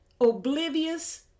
oblivious